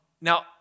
Now